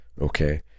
Okay